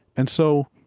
and so